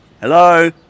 Hello